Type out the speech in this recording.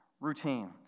Routine